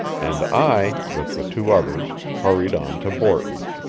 and i, with the two others, hurried on to borton's.